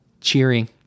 cheering